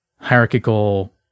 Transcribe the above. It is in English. hierarchical